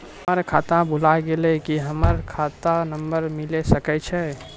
हमर खाता भुला गेलै, की हमर खाता नंबर मिले सकय छै?